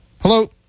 Hello